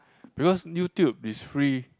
because YouTube is free